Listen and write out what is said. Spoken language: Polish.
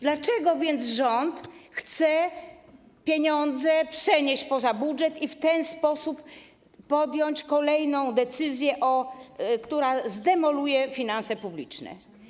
Dlaczego więc rząd chce pieniądze przenieść poza budżet i w ten sposób podjąć kolejną decyzję, która zdemoluje finanse publiczne?